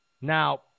Now